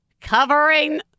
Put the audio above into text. Covering